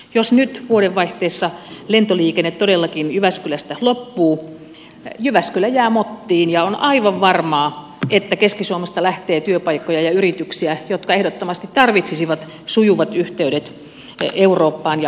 jos nyt vuodenvaihteessa lentoliikenne todellakin jyväskylästä loppuu jyväskylä jää mottiin ja on aivan varmaa että keski suomesta lähtee työpaikkoja ja yrityksiä jotka ehdottomasti tarvitsisivat sujuvat yhteydet eurooppaan ja maailmalle